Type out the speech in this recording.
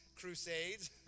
crusades